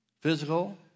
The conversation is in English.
Physical